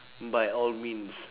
by all means